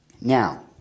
Now